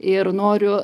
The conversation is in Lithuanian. ir noriu